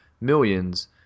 millions –